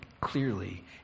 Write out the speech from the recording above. clearly